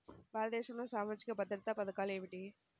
భారతదేశంలో సామాజిక భద్రతా పథకాలు ఏమిటీ?